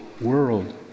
world